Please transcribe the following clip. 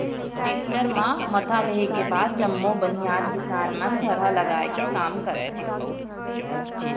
tractor म मता लेहे के बाद जम्मो बनिहार किसान मन थरहा लगाए के काम करथे